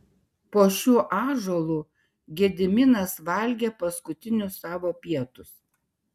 po šiuo ąžuolu gediminas valgė paskutinius savo pietus